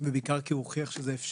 ובעיקר כי הוא הוכיח שזה אפשרי.